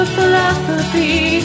Philosophy